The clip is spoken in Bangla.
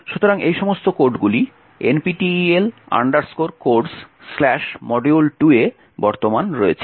সুতরাং এই সমস্ত কোডগুলি nptel codesmodule2 এ বর্তমান রয়েছে